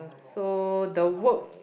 so the work